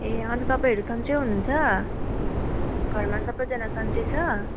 ए अन्त तपाईँहरू सन्चै हुनुहुन्छ घरमा सबैजना सन्चै छ